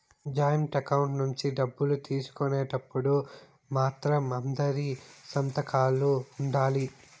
joint account నుంచి డబ్బులు తీసుకునేటప్పుడు మాత్రం అందరి సంతకాలు ఉండాలి